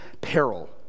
peril